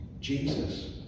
Jesus